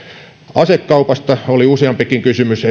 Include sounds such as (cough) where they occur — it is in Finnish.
asekaupasta oli useampikin kysymys (unintelligible)